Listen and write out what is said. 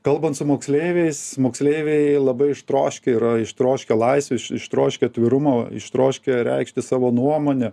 kalbant su moksleiviais moksleiviai labai ištroškę yra ištroškę laisvės ištroškę atvirumo ištroškę reikšti savo nuomonę